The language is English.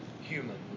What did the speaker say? Human